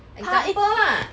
他一